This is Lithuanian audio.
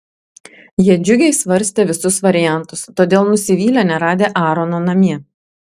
jie džiugiai svarstė visus variantus todėl nusivylė neradę aarono namie